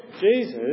Jesus